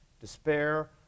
despair